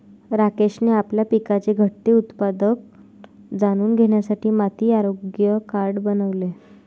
राकेशने आपल्या पिकाचे घटते उत्पादन जाणून घेण्यासाठी माती आरोग्य कार्ड बनवले